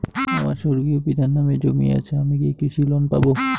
আমার স্বর্গীয় পিতার নামে জমি আছে আমি কি কৃষি লোন পাব?